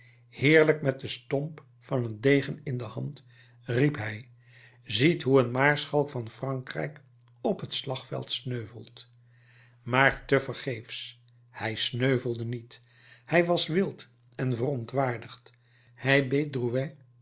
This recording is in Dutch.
heerlijk met den stomp van een degen in de hand riep hij ziet hoe een maarschalk van frankrijk op het slagveld sneuvelt maar te vergeefs hij sneuvelde niet hij was wild en verontwaardigd hij beet